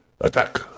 Attack